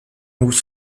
with